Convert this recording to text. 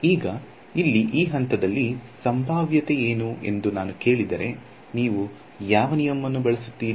ಈಗ ಇಲ್ಲಿ ಈ ಹಂತದಲ್ಲಿ ಸಂಭಾವ್ಯತೆ ಏನು ಎಂದು ನಾನು ಕೇಳಿದರೆ ನೀವು ಯಾವ ನಿಯಮವನ್ನು ಬಳಸುತ್ತೀರಿ